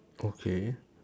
okay